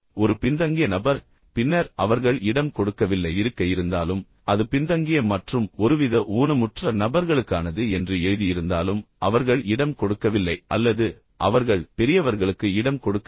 ஒரு பின்தங்கிய நபர் பின்னர் அவர்கள் இடம் கொடுக்கவில்லை இருக்கை இருந்தாலும் அது பின்தங்கிய மற்றும் ஒருவித ஊனமுற்ற நபர்களுக்கானது என்று எழுதியிருந்தாலும் அவர்கள் இடம் கொடுக்கவில்லை அல்லது அவர்கள் பெரியவர்களுக்கு இடம் கொடுக்கவில்லை